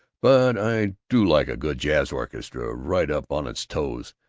but i do like a good jazz orchestra, right up on its toes,